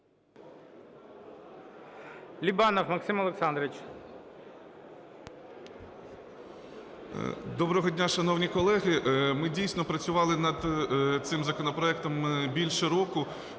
Доброго дня, шановні колеги! Ми дійсно працювали над цим законопроектом більше року.